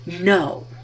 No